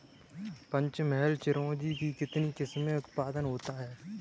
पंचमहल चिरौंजी की कितनी किस्मों का उत्पादन होता है?